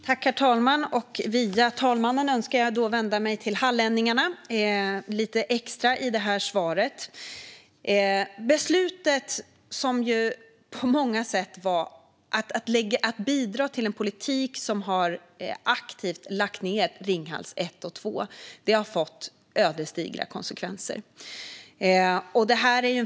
Herr talman! Via talmannen önskar jag nu vända mig till hallänningarna lite extra i det här svaret. Beslutet att aktivt bidra till en politik som innebar nedläggning av Ringhals 1 och 2 har fått ödesdigra konsekvenser.